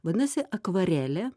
vadinasi akvarelė